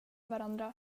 varandra